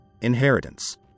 inheritance